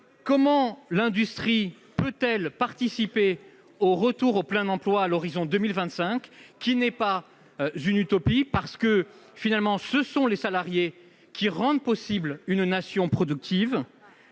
Comment l'industrie peut-elle participer au retour au plein emploi à l'horizon de 2025 ? Ce n'est pas une utopie ! En effet, ce sont les salariés qui rendent possible une nation productive.